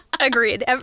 Agreed